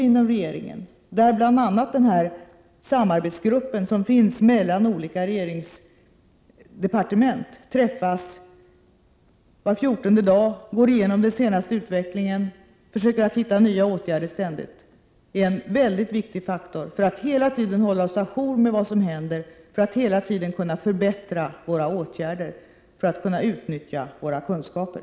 Inom regeringen finns bl.a. en grupp för samarbete mellan olika departement, som träffas var fjortonde dag och går igenom den senaste utvecklingen för att ständigt försöka komma fram till nya åtgärder. Jag tror att det arbetet är en mycket viktig faktor för att vi hela tiden skall kunna hålla oss å jour med vad som händer, för att vi hela tiden skall kunna förbättra våra åtgärder och för att vi skall kunna utnyttja våra kunskaper.